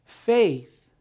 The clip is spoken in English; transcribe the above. Faith